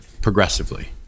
progressively